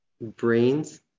brains